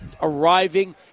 arriving